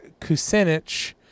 Kucinich